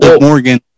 Morgan